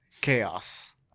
chaos